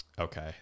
Okay